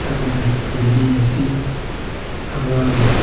ꯑꯗꯨꯅ ꯍꯤꯟꯗꯤ ꯑꯁꯤ ꯑꯉꯥꯡꯒꯤ